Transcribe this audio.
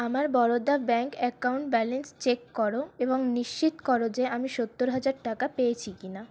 আমার Baroda bank account balance check করো এবং নিশ্চিত করো যে আমি সত্তর হাজার টাকা পেয়েছি কি না